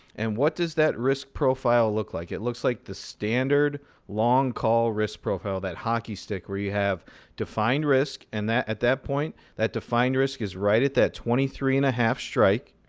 and what does that risk profile look like? it looks like the standard long call risk profile, that hockey stick where you have defined risk. and at that point, that defined risk is right at that twenty three and a half strike,